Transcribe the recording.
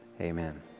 amen